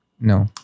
no